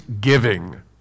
giving